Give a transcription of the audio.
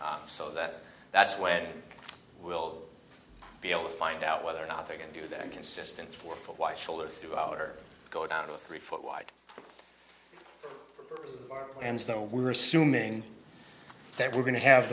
so that that's when we'll be able to find out whether or not they're going to do that consistent for why shoulder throughout or go down to three foot wide and snow we're assuming they were going to have